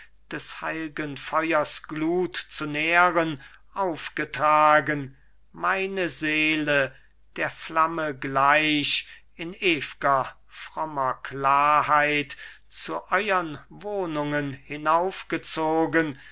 des heil'gen feuers gluth zu nähren aufgetragen meine seele der flamme gleich in ew'ger frommer klarheit zu euern wohnungen